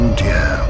dear